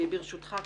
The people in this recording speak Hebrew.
ברשותך,